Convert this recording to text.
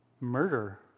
murder